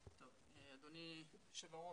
אדוני יושב הראש,